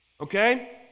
Okay